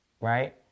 right